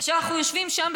שאנחנו יושבים שם,